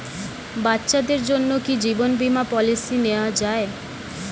বাচ্চাদের জন্য কি জীবন বীমা পলিসি নেওয়া যায়?